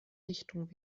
richtung